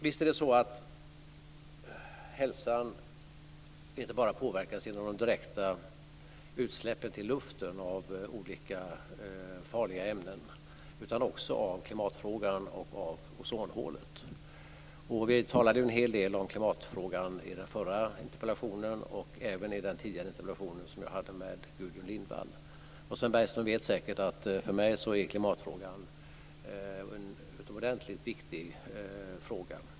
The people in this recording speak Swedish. Visst är det så att hälsan inte bara påverkas genom de direkta utsläppen till luften av olika farliga ämnen utan också av klimatet och ozonhålet. Vi talade ju en hel del om klimatfrågan i samband med den förra interpellationen och även i den tidigare interpellationsdebatt jag hade med Gudrun Lindvall. Sven Bergström vet säkert att klimatfrågan för mig är en utomordentligt viktig fråga.